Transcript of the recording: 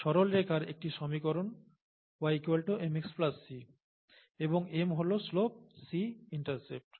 সরলরেখার একটি সমীকরণ y mx c এবং m হল শ্লোপ c ইন্টারসেপ্ট